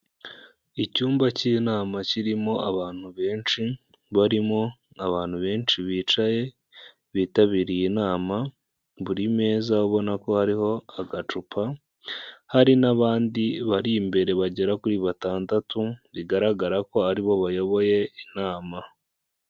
Icyumba cy'inama kirimo abantu benshi barimo abantu benshi bicaye bitabiriye inama buri meza ubona ko hariho agacupa, hari n'abandi bari imbere bagera kuri batandatu bigaragara ko aribo bayoboye inama.